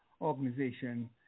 organization